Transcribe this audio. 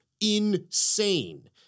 insane